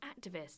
activists